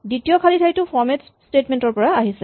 দ্বিতীয় খালী ঠাইটো ফৰমেট স্টেটমেন্ট ৰ পৰা আহিছে